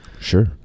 Sure